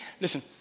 Listen